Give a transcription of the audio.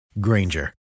Granger